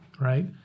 right